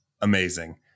amazing